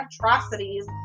atrocities